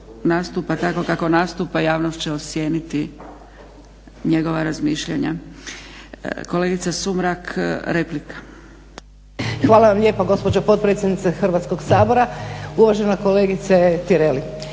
nastupa tako kako nastupa javnost će ocijeniti njegova razmišljanja. Kolegica Sumrak, replika. **Sumrak, Đurđica (HDZ)** Hvala vam lijepa gospođo potpredsjednice Hrvatskog sabora. Uvažena kolegice Tireli